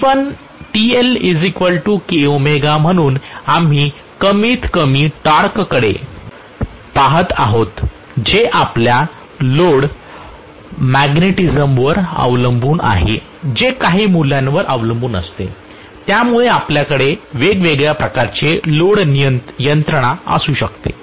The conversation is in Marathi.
TlKω म्हणून आम्ही कमीतकमी टॉर्ककडे पहात आहोत जे आपल्या लोड मेकॅनिझमवर अवलंबून आहे जे काही मूल्यांवर अवलंबून असते त्यामुळे माझ्याकडे वेगवेगळ्या प्रकारचे लोड यंत्रणा असू शकते